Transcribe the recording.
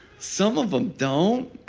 some of em don't.